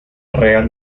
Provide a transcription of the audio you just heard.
real